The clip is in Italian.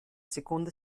seconda